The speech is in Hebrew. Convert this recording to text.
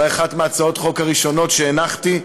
אולי אחת מהצעות החוק הראשונות שהנחתי.